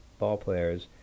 ballplayers